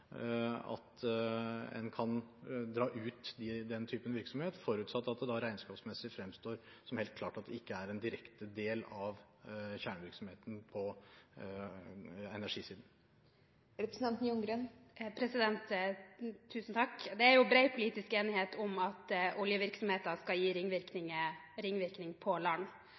at man kan dra ut den typen virksomhet, forutsatt at det regnskapsmessig fremstår som helt klart at det ikke er en direkte del av kjernevirksomheten på energisiden. Det er bred politisk enighet om at oljevirksomheten skal gi ringvirkning på land,